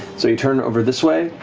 so you turn over this way.